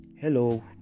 Hello